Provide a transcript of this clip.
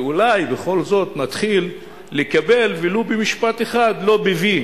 אולי בכל זאת נתחיל לקבל ולו משפט אחד, ולא "וי"